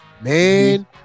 Man